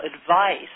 advice